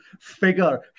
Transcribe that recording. figure